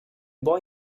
boy